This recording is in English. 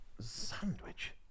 Sandwich